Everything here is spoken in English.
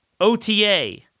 OTA